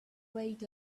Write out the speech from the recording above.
wait